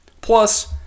Plus